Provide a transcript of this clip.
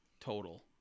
total